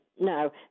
no